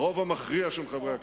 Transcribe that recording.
הרוב המכריע של חברי הכנסת,